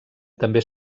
també